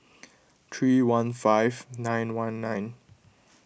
three one five nine one nine